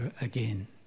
again